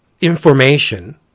information